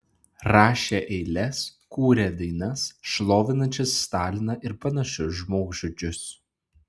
rašę eiles kūrę dainas šlovinančias staliną ir panašius žmogžudžius